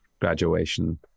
graduation